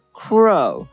crow